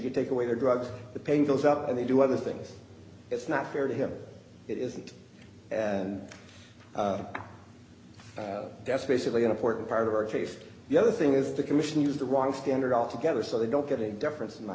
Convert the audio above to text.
you take away their drugs the pain goes up and they do other things it's not fair to him it isn't and that's basically an important part of our case the other thing is the commission used the wrong standard altogether so they don't get a difference in my